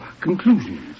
conclusions